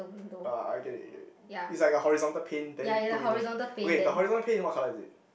uh I get it I get it it's like a horizontal paint then two windows ah okay the horizontal paint what colour is it